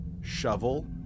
shovel